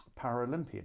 Paralympian